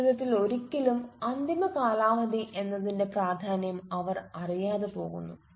ജീവിതത്തിൽ ഒരിക്കലും അന്തിമകാലാവധി എന്നതിന്റെ പ്രാധാന്യം അവർ അറിയാതെ പോകുന്നു